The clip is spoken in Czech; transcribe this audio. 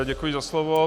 Děkuji za slovo.